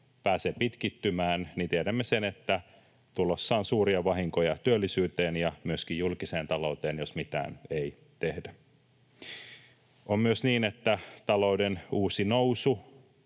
pääsee pitkittymään, niin tiedämme, että tulossa on suuria vahinkoja työllisyyteen ja myöskin julkiseen talouteen, jos mitään ei tehdä. On myös niin, että talouden uusi nousu